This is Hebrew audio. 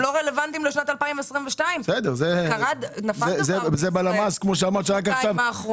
לא רלוונטיים לשנת 2022. והרי נפל דבר בישראל בשנתיים האחרונות.